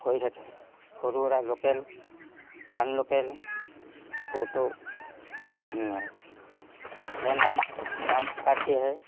হৈয়ে থাকে সৰু সুৰা লোকেল আন লোকেল বহুতো হৈয়ে যেনে নাম নাম পাৰ্টি আহে